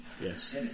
Yes